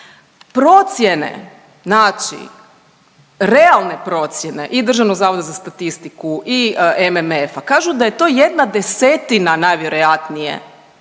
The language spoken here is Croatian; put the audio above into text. Procijene znači, realne procjene i Državnog zavoda za statistiku i MMF-a kažu da je to 1/10 najvjerojatnije onoga